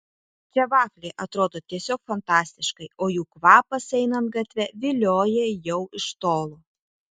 čia vafliai atrodo tiesiog fantastiškai o jų kvapas einant gatve vilioja jau iš tolo